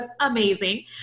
amazing